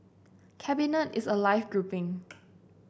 cabinet is a live grouping